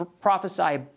prophesy